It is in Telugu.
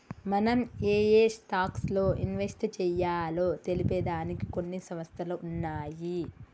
మనం ఏయే స్టాక్స్ లో ఇన్వెస్ట్ చెయ్యాలో తెలిపే దానికి కొన్ని సంస్థలు ఉన్నయ్యి